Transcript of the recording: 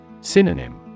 Synonym